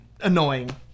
annoying